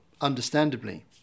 understandably